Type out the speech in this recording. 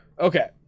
Okay